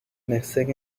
missing